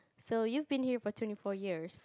so you've been here for twenty four years